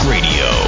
Radio